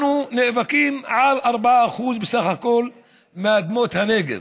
אנחנו נאבקים על 4% בסך הכול מאדמות הנגב.